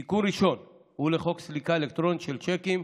התיקון הראשון הוא לחוק סליקה אלקטרונית של שיקים.